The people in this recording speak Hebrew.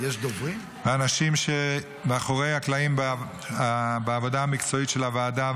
האנשים שמאחורי הקלעים בעבודה המקצועית של הוועדה,